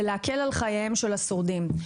ולהקל על חייהם של השורדים.